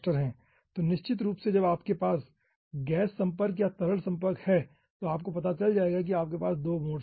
तो निश्चित रूप से जब आपके पास गैस संपर्क और तरल संपर्क हैं तो आपको पता चल जाएगा कि आपके पास दो मोड्स है